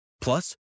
Plus